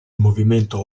movimento